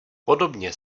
podobně